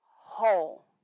whole